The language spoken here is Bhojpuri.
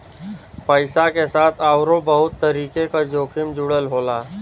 पइसा के साथ आउरो बहुत तरीके क जोखिम जुड़ल होला